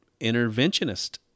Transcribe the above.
interventionist